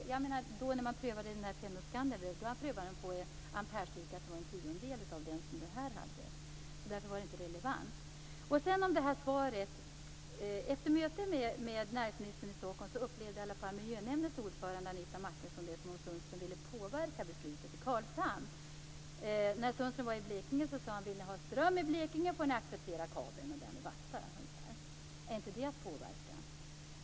Fennoskans amperestyrka är bara en tiondel av den som den nya kabeln kommer att ha. Därför är inte denna jämförelse relevant. Efter mötet med Anders Sundström i Stockholm upplevde miljönämndens ordförande Anita Martinsson det som att Sundström ville påverka beslutet i Karlshamn. När Sundström var i Blekinge sade han: Vill ni ha ström i Blekinge, får ni acceptera kabeln, och därmed basta. Är inte det att påverka?